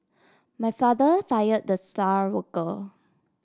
my father fire the star worker